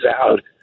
out